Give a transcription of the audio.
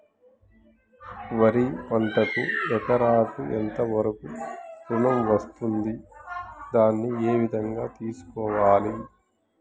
వరి పంటకు ఎకరాకు ఎంత వరకు ఋణం వస్తుంది దాన్ని ఏ విధంగా తెలుసుకోవాలి?